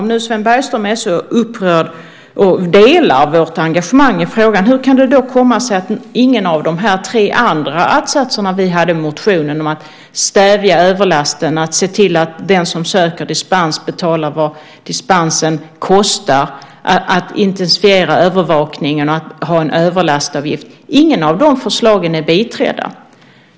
Om nu Sven Bergström är så upprörd och delar vårt engagemang i frågan, hur kan det då komma sig att ingen av de här tre andra att-satserna vi hade i motionen om att stävja överlasterna, att se till att den som söker dispens betalar vad dispensen kostar, att intensifiera övervakningen och att ha en överlastavgift är biträdd.